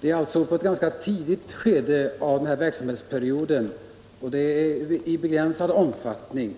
Den avsåg alltså ett ganska tidigt skede av verksamhetsperioden, och den utfördes i begränsad omfattning.